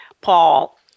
Paul